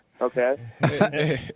Okay